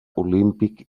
olímpic